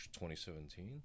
2017